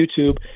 YouTube